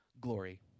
glory